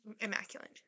immaculate